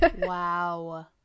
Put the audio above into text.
Wow